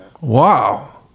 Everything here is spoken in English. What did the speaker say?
Wow